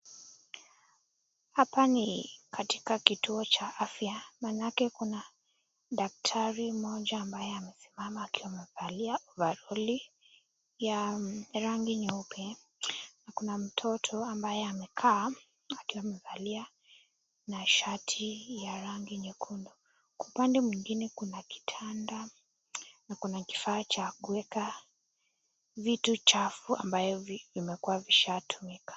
Hapa ni katika kituo cha afya manake kuna daktari moja ambaye amesimama akiwa amefalia baroli ya rangi nyeupe akona mtoto ambaye amekaa akiwa amefalia na shati ya rangi nyekundu upande mwingine Kuna kitanda na Kuna kifaa cha kuweka vitu chafu ambaye imeshaa tumika.